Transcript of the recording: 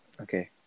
Okay